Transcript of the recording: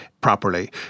properly